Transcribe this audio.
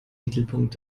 mittelpunkt